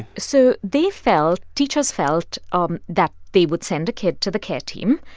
so they felt teachers felt um that they would send a kid to the care team,